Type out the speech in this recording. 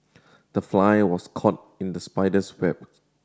the fly was caught in the spider's web